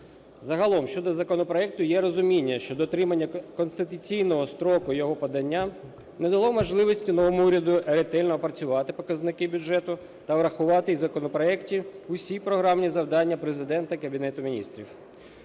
Загалом щодо законопроекту є розуміння, що дотримання конституційного строку його подання не дало можливості новому уряду ретельно опрацювати показники бюджету та врахувати в законопроекті усі програмні завдання Президента, Кабінету Міністрів.